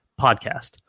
podcast